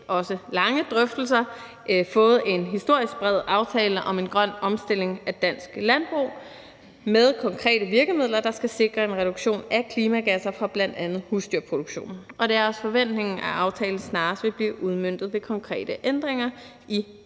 også lange drøftelser fået en historisk bred aftale om en grøn omstilling af danske landbrug med konkrete virkemidler, der skal sikre en reduktion af klimagasser fra bl.a. husdyrproduktionen. Det er også forventningen, at aftalen snarest vil blive udmøntet ved konkrete ændringer i